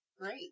Great